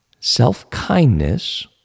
self-kindness